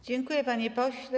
Dziękuję, panie pośle.